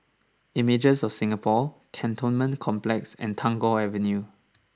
Images of Singapore Cantonment Complex and Tagore Avenue